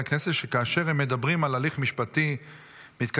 הכנסת שכאשר הם מדברים על הליך משפטי מתקיים,